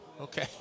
okay